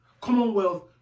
Commonwealth